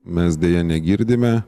mes deja negirdime